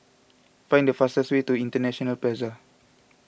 find the fastest way to International Plaza